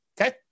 Okay